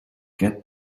get